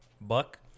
Buck